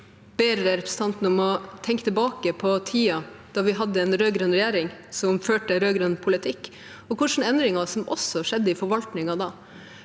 Jeg ber representanten om å tenke tilbake på tiden da vi hadde en rød-grønn regjering som førte rød-grønn politikk, og hvilke endringer som skjedde i forvaltningen da.